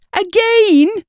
Again